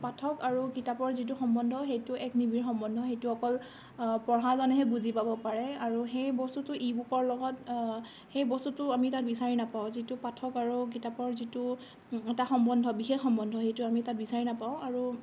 পাঠক আৰু কিতাপৰ যিটো সম্বন্ধ সেইটো এক নিবিড় সম্বন্ধ সেইটো অকল পঢ়াজনেহে বুজি পাব পাৰে আৰু সেই বস্তুটো ই বুকৰ লগত সেই বস্তুটো আমি তাত বিচাৰি নপাওঁ যিটো পাঠক আৰু কিতাপৰ যিটো এটা সম্বন্ধ বিশেষ সম্বন্ধ সেইটো আমি তাত বিচাৰি নাপাওঁ আৰু